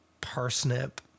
parsnip